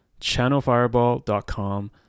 ChannelFireball.com